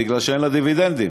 מפני שאין לה דיבידנדים.